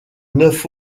neuf